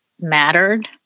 mattered